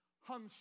hung